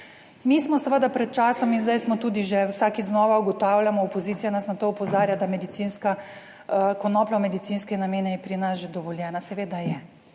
Mi smo seveda pred časom in zdaj smo tudi, že vsakič znova ugotavljamo, opozicija nas na to opozarja, da konoplja v medicinske namene je pri nas že dovoljena, seveda je,